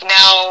now